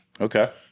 Okay